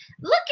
Look